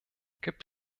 gibt